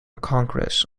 congress